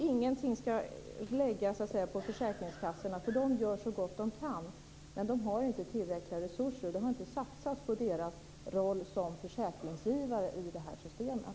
Ingen skuld ska läggas på försäkringskassorna, för de gör så gott de kan. Men de har inte tillräckliga resurser. Det har inte satsats på deras roll som försäkringsgivare i de här systemen.